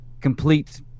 complete